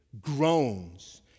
groans